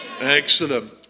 excellent